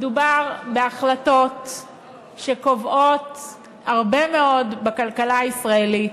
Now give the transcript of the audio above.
מדובר בהחלטות שקובעות הרבה מאוד בכלכלה הישראלית.